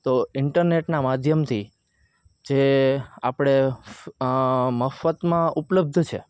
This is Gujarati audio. તો ઈન્ટરનેટનાં માધ્યમથી જે આપણે મફતમાં ઉપલબ્ધ છે